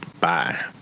Bye